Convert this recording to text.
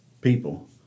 people